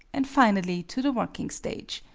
and finally to the working stage.